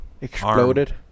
Exploded